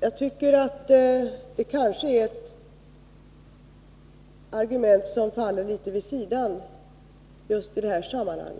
Jag tycker att det är ett argument som kanske faller litet vid sidan i detta sammanhang.